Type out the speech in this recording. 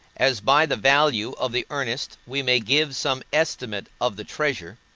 as by the value of the earnest we may give some estimate of the treasure,